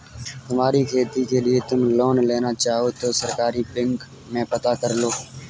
तुम्हारी खेती के लिए तुम लोन लेना चाहो तो सहकारी बैंक में पता करलो